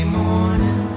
morning